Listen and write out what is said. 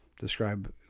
describe